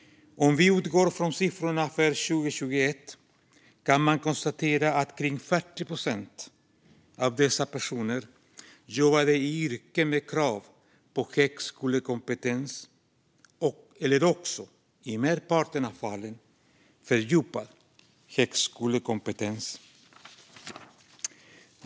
Om vi utgår från siffrorna för 2021 kan vi konstatera att omkring 40 procent av dessa personer jobbade i yrken med krav på antingen högskolekompetens eller - i merparten av fallen - fördjupad högskolekompetens.